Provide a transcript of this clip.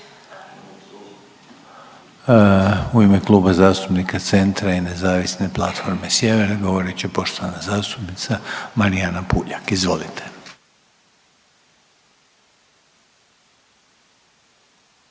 U ime Kluba zastupnika Centra i Nezavisne platforme Sjever završno će govorit poštovana zastupnica Marijana Puljak, izvolite.